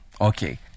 Okay